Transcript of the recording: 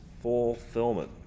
fulfillment